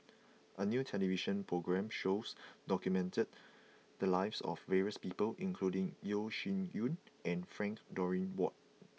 a new television program shows documented the lives of various people including Yeo Shih Yun and Frank Dorrington Ward